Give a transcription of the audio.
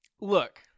Look